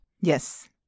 Yes